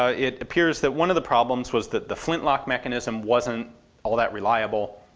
ah it appears that one of the problems was that the flintlock mechanism wasn't all that reliable.